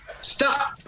Stop